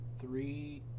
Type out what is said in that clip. three